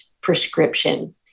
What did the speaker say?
prescription